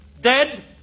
Dead